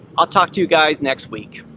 i'll talk to you, guys, next week.